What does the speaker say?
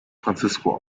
francisco